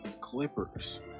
Clippers